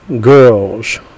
girls